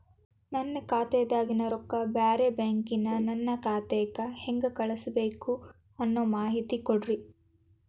ನನ್ನ ಖಾತಾದಾಗಿನ ರೊಕ್ಕ ಬ್ಯಾರೆ ಬ್ಯಾಂಕಿನ ನನ್ನ ಖಾತೆಕ್ಕ ಹೆಂಗ್ ಕಳಸಬೇಕು ಅನ್ನೋ ಮಾಹಿತಿ ಕೊಡ್ರಿ?